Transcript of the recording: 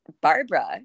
Barbara